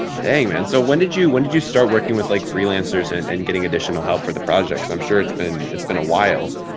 man. so when did you when did you start working with like freelancers and and getting additional help for the projects? i'm sure it's been it's been a while.